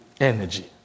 energy